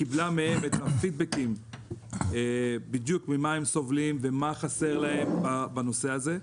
וקיבלה מהם פידבקים בדיוק ממה הם סובלים ומה חסר להם בנושא הזה.